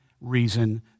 reason